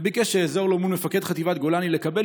וביקש שאעזור לו מול מפקד חטיבת גולני לקבל